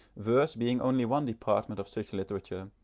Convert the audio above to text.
verse being only one department of such literature,